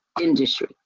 industry